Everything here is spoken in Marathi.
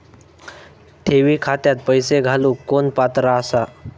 ठेवी खात्यात पैसे घालूक कोण पात्र आसा?